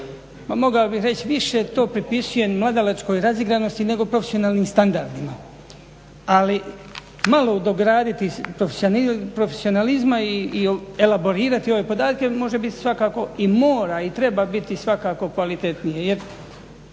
mogao bih reći više to pripisujem mladenačkoj razigranosti nego profesionalnim standardima. Ali malo dograditi profesionalizma i elaborirati ove podatke može biti svakako i mora i treba biti svakako kvalitetnije.